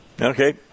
Okay